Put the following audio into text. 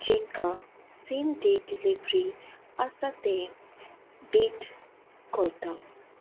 जांकां same date delivery आसा तें भेट करता